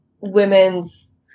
women's